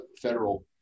federal